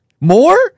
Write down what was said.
More